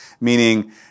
Meaning